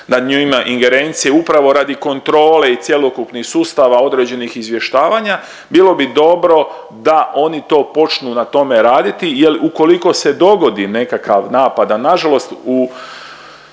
nad njime ingerencije, upravo radi kontrole i cjelokupnih sustava određenih izvještavanja, bilo bi dobro da oni to počnu na tome raditi jer ukoliko se dogodi nekakav napad, a nažalost